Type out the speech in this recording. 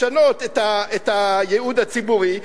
לשנות את הייעוד הציבורי,